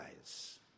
eyes